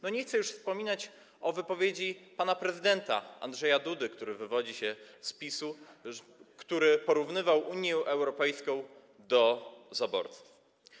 Nie chcę już wspominać o wypowiedzi pana prezydenta Andrzeja Dudy, który wywodzi się z PiS-u, który porównywał Unię Europejską do zaborcy.